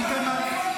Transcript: --- הומופובים.